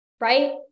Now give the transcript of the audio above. Right